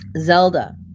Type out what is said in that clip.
Zelda